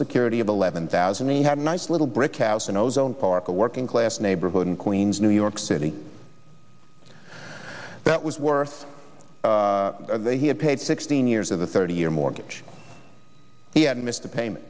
security of eleven thousand me had a nice little brick house in ozone park a working class neighborhood in queens new york city that was worth they had paid sixteen years of a thirty year mortgage he hadn't missed a payment